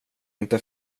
inte